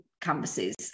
canvases